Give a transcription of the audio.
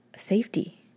Safety